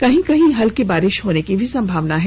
कहीं कहीं हल्की बारिश होने की संभावना है